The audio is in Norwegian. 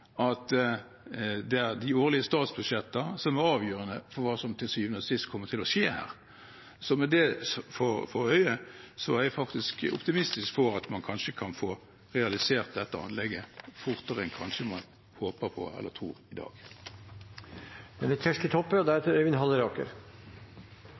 at det er de årlige statsbudsjetter som er avgjørende for hva som til syvende og sist kommer til å skje her. Så med det for øye er jeg faktisk optimistisk med tanke på at man kanskje kan få realisert dette anlegget fortere enn man kanskje håper på eller tror i dag. No har snart halve Hordaland-benken vore på talarstolen, og